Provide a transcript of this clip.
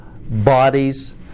bodies